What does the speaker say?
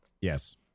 Yes